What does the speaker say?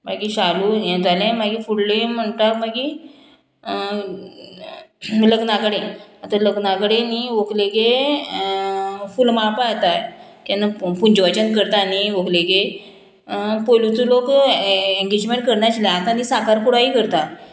मागी शालू यें जालें मागीर फुडलें म्हणटा मागी लग्ना कडेन आतां लग्ना कडेन न्ही व्हंकलेगे फूल माळपा येताय केन्ना पुंजवाचन करता न्ही व्हंकलेगेर पयलुचो लोक एंगेजमेंट करनाशिल्ले आतां आमी साकरपुडोय करता